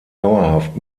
dauerhaft